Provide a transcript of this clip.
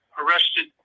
arrested